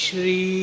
Shri